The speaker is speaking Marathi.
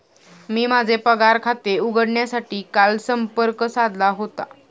मी माझे पगार खाते उघडण्यासाठी काल संपर्क साधला होता